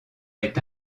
est